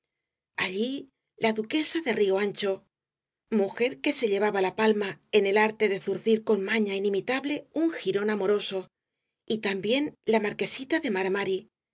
allí la duquesa de río ancho mujer que se llevaba la palma en el arte de zurcir con maña inimitable un jirón amoroso y también la marquesita de